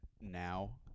now